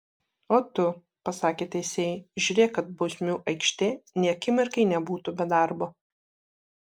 o tu pasakė teisėjui žiūrėk kad bausmių aikštė nė akimirkai nebūtų be darbo